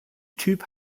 typ